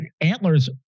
Antlers